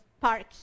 park